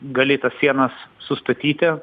gali tas sienas sustatyti